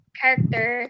character